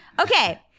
Okay